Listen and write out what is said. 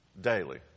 daily